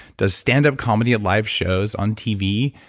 does standup comedy and live shows on t v,